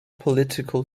political